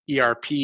ERP